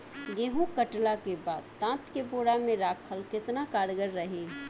गेंहू कटला के बाद तात के बोरा मे राखल केतना कारगर रही?